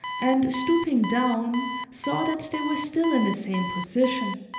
and stooping down saw that they were still in the same position.